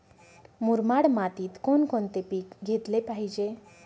मुरमाड मातीत कोणकोणते पीक घेतले पाहिजे?